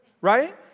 Right